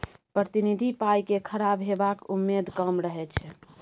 प्रतिनिधि पाइ केँ खराब हेबाक उम्मेद कम रहै छै